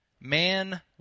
man